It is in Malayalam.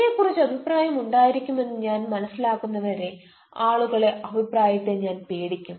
എന്നെക്കുറിച്ച് അഭിപ്രായം ഉണ്ടായിരിക്കുമെന്ന് ഞാൻ മനസ്സിലാക്കുന്നതുവരെ ആളുകളുടെ അഭിപ്രായത്തെ ഞാൻ പേടിക്കും